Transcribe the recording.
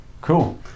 Cool